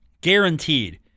guaranteed